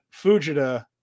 Fujita